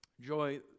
Joy